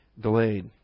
delayed